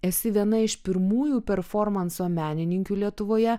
esi viena iš pirmųjų performanso menininkių lietuvoje